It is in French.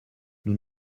nous